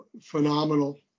Phenomenal